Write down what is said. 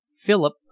Philip